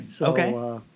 Okay